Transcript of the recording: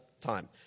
time